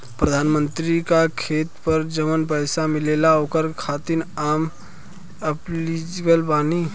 प्रधानमंत्री का खेत पर जवन पैसा मिलेगा ओकरा खातिन आम एलिजिबल बानी?